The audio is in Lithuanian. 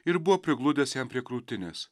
ir buvo prigludęs jam prie krūtinės